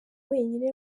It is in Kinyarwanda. wenyine